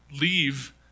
leave